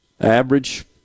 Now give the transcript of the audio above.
Average